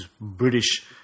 British